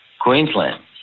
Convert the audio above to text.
Queensland